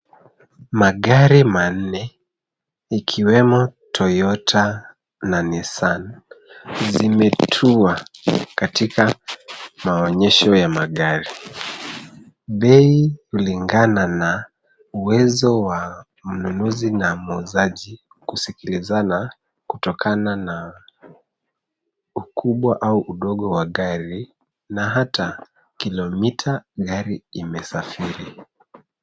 Magari manne ikiwemo toyota na Nissan zimetua katika maonyesho ya magari. Bei kulingana na uwezo wa mnunuzi na muuzaji kusikilizana kutokana na ukubwa au udogo wa gari na hata kilomita gari imesafiri.